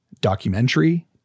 documentary